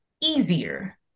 easier